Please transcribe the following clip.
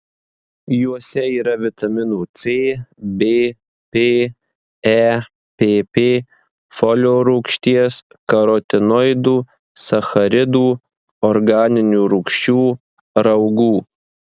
juose yra vitaminų c b p e pp folio rūgšties karotinoidų sacharidų organinių rūgščių raugų